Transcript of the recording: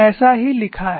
ऐसा ही लिखा है